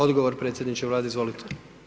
Odgovor potpredsjedniče Vlade, izvolite.